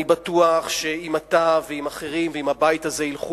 אני בטוח שאם אתה ואם אחרים ואם הבית הזה ילכו